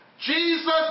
Jesus